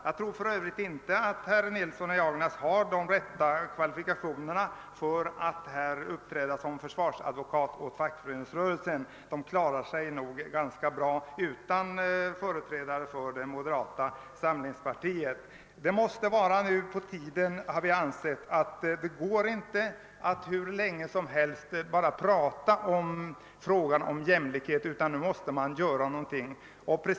Jag tror för övrigt inte att herr Nilsson i Agnäs har de rätta kvalifikationerna för att här uppträda som försvarsadvokat åt fackföreningsrörelsen. Den klarar sig nog ganska bra utan företrädare för det moderata samlingspartiet. Det måste nu vara på tiden, har vi ansett, att genomföra en lagstiftning på detta område. Det går inte att hur länge som helst prata om jämlikhet utan nu måste man göra något.